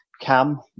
Cam